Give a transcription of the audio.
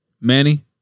manny